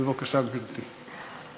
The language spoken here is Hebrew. בבקשה, גברתי.